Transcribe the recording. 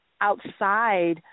outside